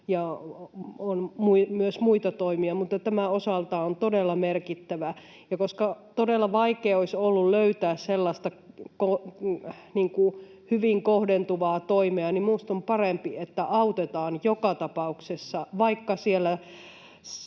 ja on myös muita toimia, mutta tämä osaltaan on todella merkittävä, ja koska todella vaikea olisi ollut löytää sellaista hyvin kohdentuvaa toimea, niin minusta on parempi, että autetaan joka tapauksessa, vaikka joku